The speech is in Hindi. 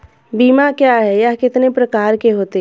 बीमा क्या है यह कितने प्रकार के होते हैं?